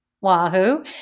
Wahoo